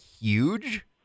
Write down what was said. huge